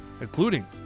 including